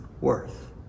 worth